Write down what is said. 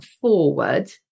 forward